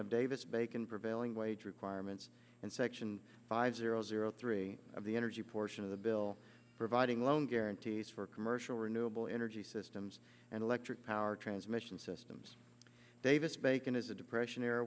of davis bacon prevailing wage requirements and section five zero zero three of the energy portion of the bill providing loan guarantees for commercial renewable energy systems and electric power transmission systems davis bacon is a depression era